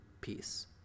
peace